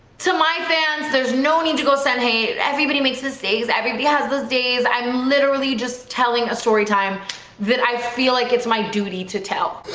to my fans. there's no need to go send. hey, everybody makes this day's he has those days i'm literally just telling a story time that i feel like it's my duty to tell